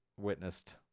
Witnessed